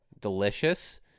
Delicious